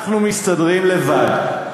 אנחנו מסתדרים לבד.